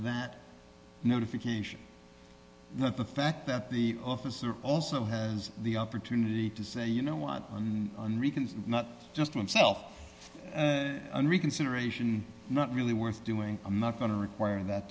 that notification of the fact that the officer also has the opportunity to say you know what not just one self reconsideration not really worth doing i'm not going to require that